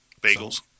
Bagels